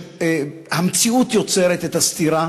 המציאות יוצרת את הסתירה,